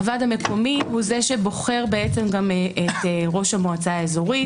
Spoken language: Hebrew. הוועד המקומי הוא זה שבוחר גם את ראש המועצה האזורית,